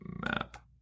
Map